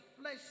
flesh